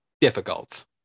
difficult